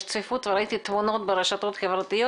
יש צפיפות וראיתי תמונות ברשתות החברתיות,